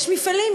יש מפעלים.